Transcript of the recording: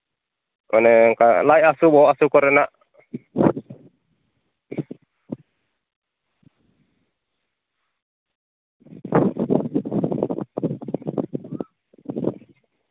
ᱢᱟᱱᱮ ᱚᱝᱠᱟ ᱞᱟᱡ ᱦᱟᱹᱥᱩ ᱵᱚᱦᱚᱜ ᱦᱟᱹᱥᱩ ᱠᱚᱨᱮᱱᱟᱜ